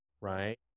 right